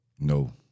No